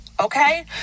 Okay